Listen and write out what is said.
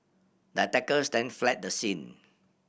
the attackers then fled the scene